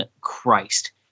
Christ